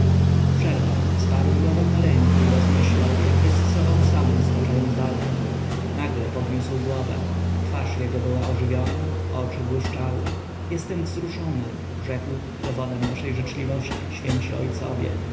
przerwał wsparł głowę na ręku i rozmyślał jakby ze sobą samym staczając walkę nagle podniósł głowę twarz jego była ożywiona oczy błyszczały jestem wzruszony rzekł dowodem waszej życzliwości święci ojcowie